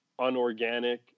unorganic